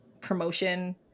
promotion